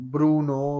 Bruno